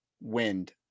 wind